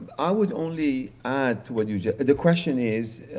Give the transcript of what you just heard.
i would only add to what you the question is